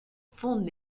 fonde